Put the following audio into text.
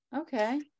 okay